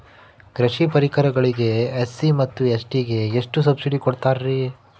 ಕೃಷಿ ಪರಿಕರಗಳಿಗೆ ಎಸ್.ಸಿ ಮತ್ತು ಎಸ್.ಟಿ ಗೆ ಎಷ್ಟು ಸಬ್ಸಿಡಿ ಕೊಡುತ್ತಾರ್ರಿ?